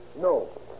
No